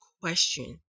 question